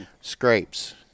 scrapes